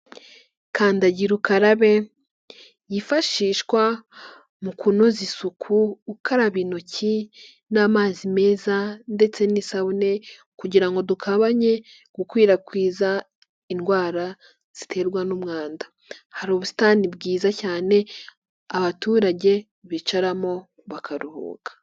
Kandagira ukarabe yifashishwa mu kunoza isuku ukaraba intoki n'amazi meza ndetse n'isabune, kugira ngo tugabanye gukwirakwiza indwara ziterwa n'umwanda. Hari ubusitani bwiza cyane abaturage bicaramo bakaruhuka.